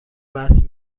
وصل